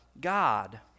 God